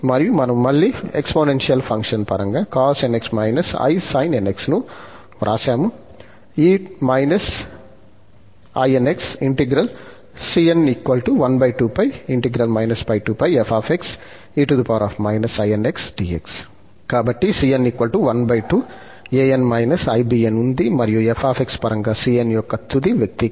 మరియు మనము మళ్ళీ ఎక్సపోనెన్షియల్ ఫంక్షన్ పరంగా cosnx isinnx ను వ్రాసాము e inx ఇంటిగ్రల్ కాబట్టి cn 12 ఉంది మరియు f పరంగా cn యొక్క తుది వ్యక్తీకరణ